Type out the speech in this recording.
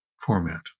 format